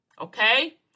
Okay